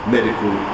medical